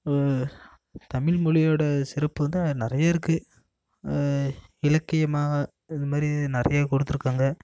தமிழ் மொழியோட சிறப்பு வந்து நிறைய இருக்கு இலக்கியமாக இது மாதிரி நிறைய கொடுத்துருக்காங்க